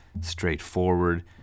straightforward